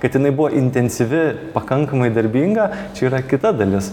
kad jinai buvo intensyvi pakankamai darbinga čia yra kita dalis